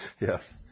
Yes